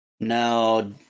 Now